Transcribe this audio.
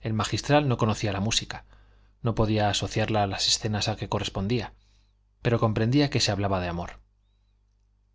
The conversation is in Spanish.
el magistral no conocía la música no podía asociarla a las escenas a que correspondía pero comprendía que se hablaba de amor